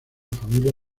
familia